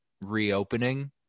reopening